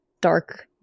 dark